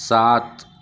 سات